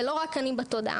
ולא רק אני בתודעה.